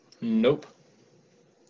Nope